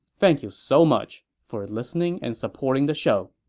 thank you so much for listening and supporting the show